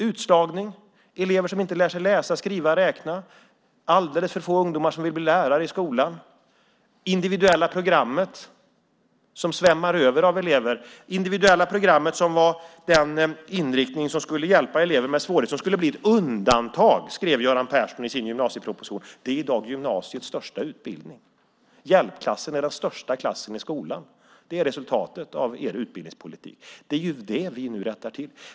Utslagning, elever som inte lär sig läsa, skriva och räkna, alldeles för få ungdomar som vill bli lärare i skolan och det individuella programmet som svämmar över av elever - det individuella programmet som var den inriktning som skulle hjälpa elever med svårigheter och som skulle bli ett undantag, skrev Göran Persson i sin gymnasieproposition, är i dag gymnasiets största utbildning; hjälpklassen är den största klassen i skolan - är resultatet av er utbildningspolitik. Det är det vi nu rättar till.